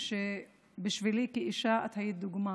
שבשבילי כאישה היית דוגמה